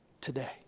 Today